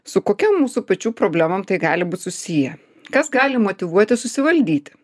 su kokiom mūsų pačių problemom tai gali būt susiję kas gali motyvuoti susivaldyti